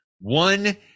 one